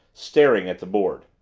staring at the board.